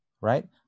right